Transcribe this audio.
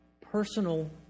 personal